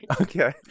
Okay